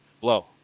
blow